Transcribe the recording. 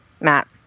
Matt